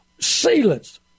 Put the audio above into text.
Sealants